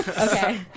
Okay